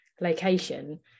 location